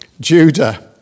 Judah